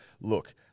look